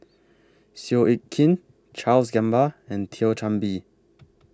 Seow Yit Kin Charles Gamba and Thio Chan Bee